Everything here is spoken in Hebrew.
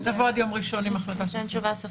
נבוא עד יום ראשון עם החלטה סופית.